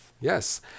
Yes